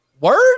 Word